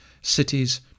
cities